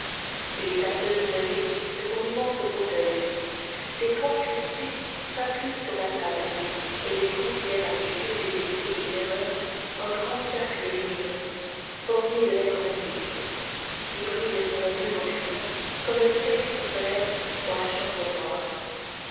il est à demi levé de son immense fauteuil ses poings crispés s'appuient sur la table et il considère avec curiosité et terreur un grand cercle lumineux formé de lettres magiques qui brille sur le mur du fond comme le spectre solaire dans la chambre noire